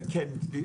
כן.